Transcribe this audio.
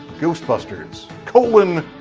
ghostbusters, colon,